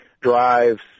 drives